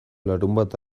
larunbat